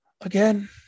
again